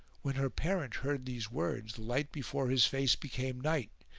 when her parent heard these words the light before his face became night,